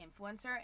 influencer